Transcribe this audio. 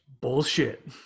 bullshit